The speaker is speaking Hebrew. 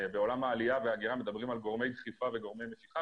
בעולם העלייה וההגירה מדברים על גורמי דחיפה וגורמי משיכה,